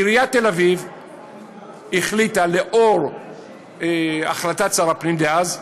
עיריית תל-אביב החליטה, לאור החלטת שר הפנים דאז,